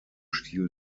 stil